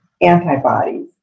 antibodies